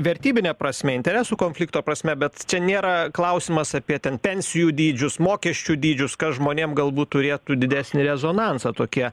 vertybine prasme interesų konflikto prasme bet čia nėra klausimas apie ten pensijų dydžius mokesčių dydžius kas žmonėm galbūt turėtų didesnį rezonansą tokie